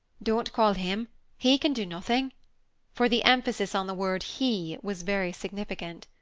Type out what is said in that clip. don't call him he can do nothing for the emphasis on the word he was very significant.